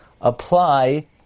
apply